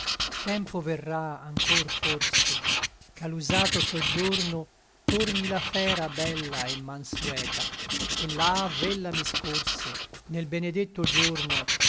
tempo verrà anchor forse ch'a l'usato soggiorno torni la fera bella et manseta et là v'ella mi scorse nel benedetto giorno